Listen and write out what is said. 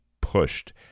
pushed